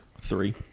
Three